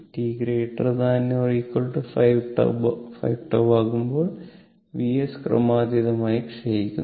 t ≥ 5τ ആകുമ്പോൾ Vs ക്രമാതീതമായി ക്ഷയിക്കുന്നു